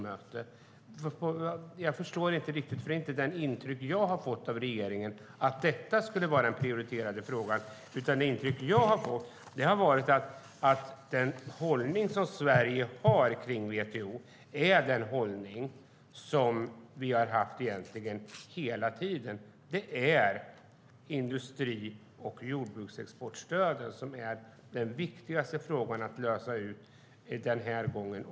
Jag förstår inte riktigt. Jag har inte fått intrycket att regeringen anser att detta är den prioriterade frågan. Det intryck jag har fått är att den hållning som Sverige har om WTO är den hållning vi har haft hela tiden, nämligen att frågorna om stöden till industri och jordbruksexport är viktigast att lösa även den här gången.